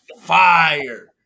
fire